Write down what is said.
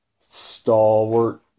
stalwart